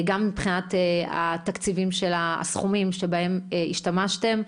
גם מבחינת הסכומים שבהם השתמשתם,